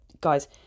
guys